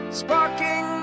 sparking